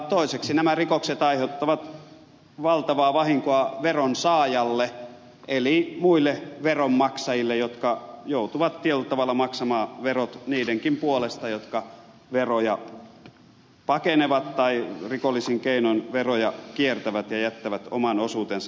toiseksi nämä rikokset aiheuttavat valtavaa vahinkoa veron saajalle eli muille veronmaksajille jotka joutuvat tietyllä tavalla maksamaan verot niidenkin puolesta jotka veroja pakenevat tai rikollisin keinoin veroja kiertävät ja jättävät oman osuutensa maksamatta